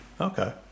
Okay